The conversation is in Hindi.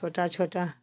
छोटा छोटा